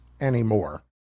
anymore